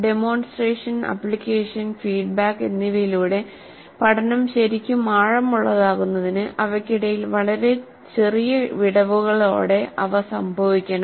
demonstration application feedback എന്നിവയിലൂടെ പഠനം ശരിക്കും ആഴമുള്ളതാകുന്നതിന് അവയ്ക്കിടയിൽ വളരെ ചെറിയ വിടവുകളോടെ അവ സംഭവിക്കണം